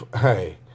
hey